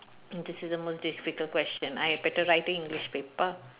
this is the most difficult question I had better writing english paper